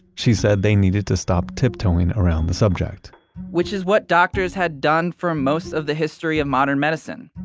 she said they needed to stop tiptoeing around the subject which is what doctors had done for most of the history of modern medicine.